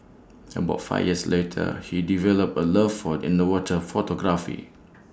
about five years later he developed A love for underwater photography